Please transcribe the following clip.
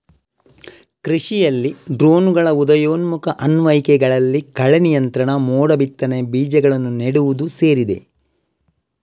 ಕೃಷಿಯಲ್ಲಿ ಡ್ರೋನುಗಳ ಉದಯೋನ್ಮುಖ ಅನ್ವಯಿಕೆಗಳಲ್ಲಿ ಕಳೆ ನಿಯಂತ್ರಣ, ಮೋಡ ಬಿತ್ತನೆ, ಬೀಜಗಳನ್ನು ನೆಡುವುದು ಸೇರಿದೆ